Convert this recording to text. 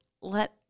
let